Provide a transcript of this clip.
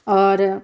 आओर